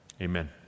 amen